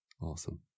awesome